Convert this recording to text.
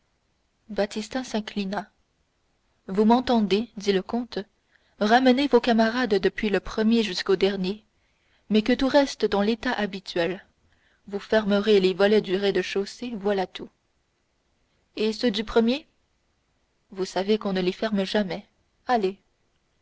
baptistin s'inclina vous m'entendez dit le comte ramenez vos camarades depuis le premier jusqu'au dernier mais que tout reste dans l'état habituel vous fermerez les volets du rez-de-chaussée voilà tout et ceux du premier vous savez qu'on ne les ferme jamais allez